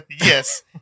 Yes